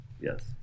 Yes